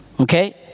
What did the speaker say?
Okay